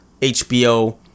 HBO